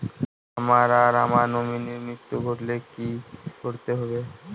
আমার আগে আমার নমিনীর মৃত্যু ঘটলে কি করতে হবে?